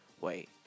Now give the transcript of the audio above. Wait